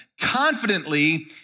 confidently